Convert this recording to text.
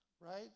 right